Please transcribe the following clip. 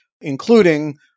including